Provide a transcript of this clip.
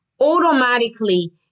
automatically